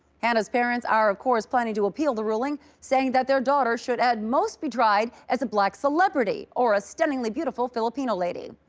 hannah's parents are of course planning to appeal the ruling saying that their daughter should at most be tried as a black celebrity or a stunningly beautiful filipino lady.